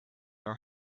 her